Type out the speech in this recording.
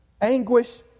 anguish